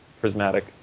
prismatic